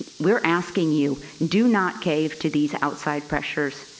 we're asking you do not cave to these outside pressures.